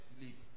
sleep